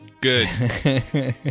Good